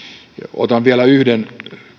otan vielä yhden